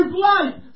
light